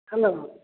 hello